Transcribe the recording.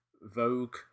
vogue